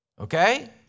Okay